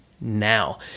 Now